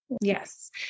yes